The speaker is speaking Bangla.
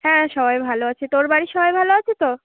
হ্যাঁ সবাই ভালো আছি তোর বাড়ির সবাই ভালো আছে তো